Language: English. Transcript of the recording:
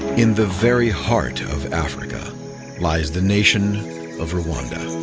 in the very heart of africa lies the nation of rwanda.